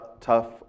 tough